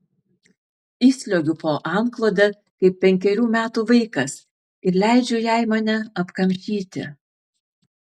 įsliuogiu po antklode kaip penkerių metų vaikas ir leidžiu jai mane apkamšyti